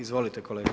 Izvolite kolega.